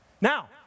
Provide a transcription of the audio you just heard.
Now